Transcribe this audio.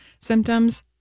symptoms